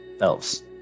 elves